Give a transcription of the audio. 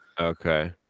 Okay